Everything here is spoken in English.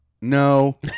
No